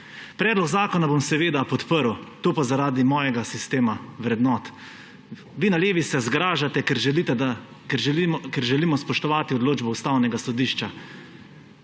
Predlog zakona bom seveda podprl, to pa zaradi svojega sistema vrednot. Vi na levi se zgražate, ker želimo spoštovati odločbo Ustavnega sodišča